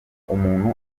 umuntu